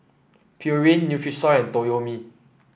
Pureen Nutrisoy and Toyomi